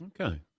Okay